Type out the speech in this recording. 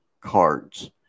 cards